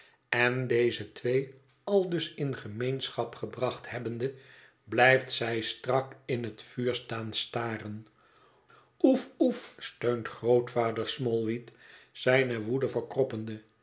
en deze twee aldus in gemeenschap gebracht hebbende blijft zij strak in het vuur staan staren oe oe oef steent grootvader smallweed zijne woede verkroppende